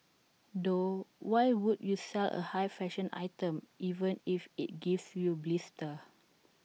though why would you sell A high fashion item even if IT gives you blisters